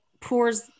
pours